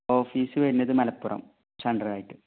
office വരുന്നത്ത് Malappuram centre ആയിട്ട്